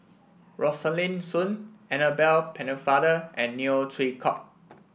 Rosaline Soon Annabel Pennefather and Neo Chwee Kok